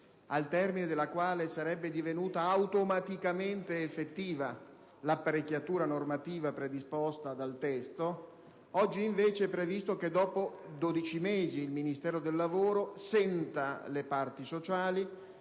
al termine della quale sarebbe divenuta automaticamente effettiva l'apparecchiatura normativa predisposta dal testo, oggi è invece previsto che, dopo 12 mesi, il Ministero del lavoro senta le parti sociali